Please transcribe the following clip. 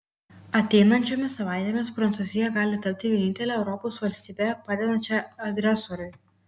ateinančiomis savaitėmis prancūzija gali tapti vienintele europos valstybe padedančia agresoriui